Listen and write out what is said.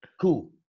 Cool